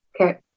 Okay